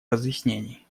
разъяснений